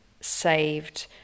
saved